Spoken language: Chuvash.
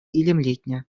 илемлетнӗ